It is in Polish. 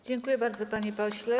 Dziękuję bardzo, panie pośle.